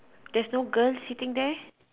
there's no girl seating there